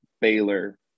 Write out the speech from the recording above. Baylor